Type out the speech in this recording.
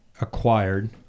acquired